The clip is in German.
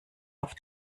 auf